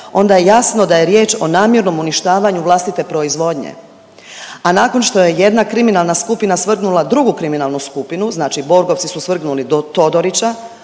onda je jasno da je riječ o namjernom uništavanju vlastite proizvodnje. A nakon što je jedna kriminalna skupina svrgnula drugu kriminalnu skupinu, znači Borgovci su svrgnuli Todorića,